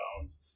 bones